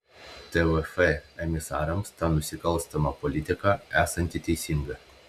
tvf emisarams ta nusikalstama politika esanti teisinga